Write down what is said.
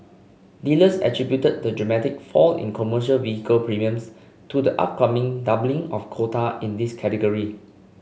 dealers attributed the dramatic fall in commercial vehicle premiums to the upcoming doubling of quota in this category